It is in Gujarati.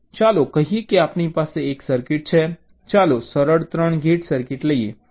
ચાલો કહીએ કે આપણી પાસે એક સર્કિટ છે ચાલો સરળ 3 ગેટ સર્કિટ લઈએ